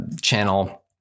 channel